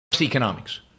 Economics